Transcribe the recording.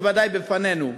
בוודאי בפנינו.